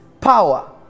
power